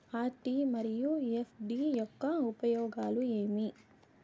RD మరియు FD యొక్క ఉపయోగాలు ఏమి?